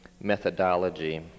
methodology